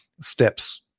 steps